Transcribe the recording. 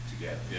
together